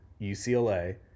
UCLA